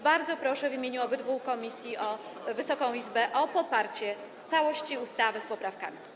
Bardzo proszę w imieniu obydwu komisji Wysoką Izbę o poparcie całości ustawy z poprawkami.